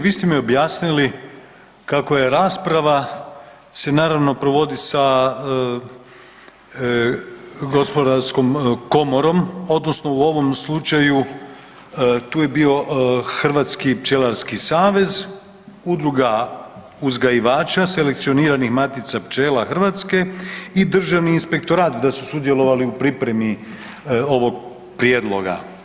Vi ste mi objasnili kako je rasprava, se naravno provodi sa gospodarskom komorom odnosno u ovom slučaju tu je bio Hrvatski pčelarski savez, Udruga uzgajivača selekcioniranih matica pčela Hrvatske i državni inspektorat da su sudjelovali u pripremi ovog prijedloga.